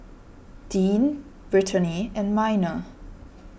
Dean Brittany and Minor